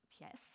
Yes